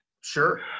Sure